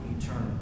eternal